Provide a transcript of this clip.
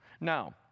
Now